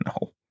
No